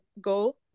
go